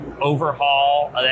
overhaul